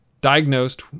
diagnosed